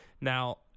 Now